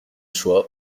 choix